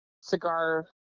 cigar